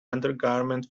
undergarment